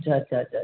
अच्छा अच्छा अच्छा